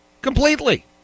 Completely